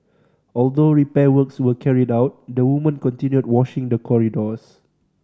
although repair works were carried out the woman continued washing the corridors